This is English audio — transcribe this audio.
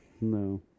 no